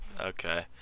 Okay